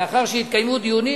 לאחר שהתקיימו דיונים,